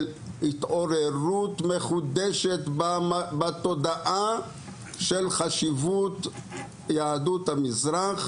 התעוררות מחודשת בתודעה לגבי חשיבות יהדות המזרח,